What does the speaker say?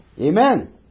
Amen